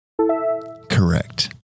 Correct